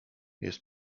jest